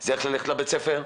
זה איך ללכת לבית הספר,